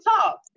talk